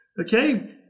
Okay